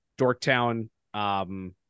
Dorktown